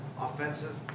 offensive